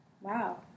Wow